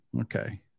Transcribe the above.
Okay